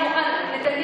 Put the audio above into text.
שום דבר.